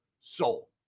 soul